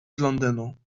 londynu